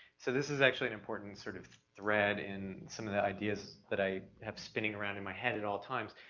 so this is actually an important sort of thread in some of the ideas that i have spinning around in my head at all times.